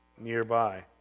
nearby